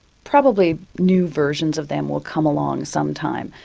probably new versions of them will come along some time,